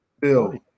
Bill